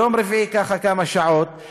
יום רביעי ככה כמה שעות,